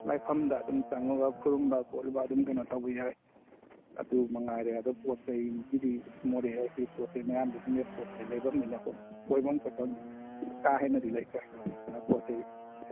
ꯂꯥꯏꯐꯝꯗ ꯑꯗꯨꯝ ꯆꯪꯉꯨꯕ ꯈꯨꯔꯨꯝꯕ ꯈꯣꯠꯂꯨꯕ ꯑꯗꯨꯝ ꯀꯩꯅꯣ ꯇꯧꯕ ꯌꯥꯏ ꯑꯗꯨꯃꯛ ꯉꯥꯏꯔꯦ ꯑꯗꯣ ꯄꯣꯠ ꯆꯩꯁꯤꯗꯤ ꯃꯣꯔꯦ ꯑꯁꯤ ꯄꯣꯠ ꯆꯩ ꯃꯌꯥꯝ ꯕꯤꯖꯤꯅꯦꯁ ꯄꯣꯠ ꯆꯩ ꯂꯩꯐꯝꯅꯤꯅꯀꯣ ꯀꯣꯏꯐꯝ ꯈꯣꯠꯐꯝꯗꯤ ꯀꯥ ꯍꯦꯟꯅꯗꯤ ꯂꯩꯇ꯭ꯔꯦ ꯑꯗ ꯄꯣꯠ ꯆꯩ